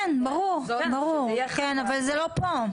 כן, ברור, אבל זה לא פה.